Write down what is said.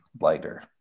lighter